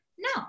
no